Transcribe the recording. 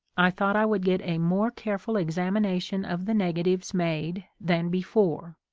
i thought i would get a more careful examination of the negatives made than before,